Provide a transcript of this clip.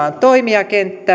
ja